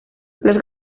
les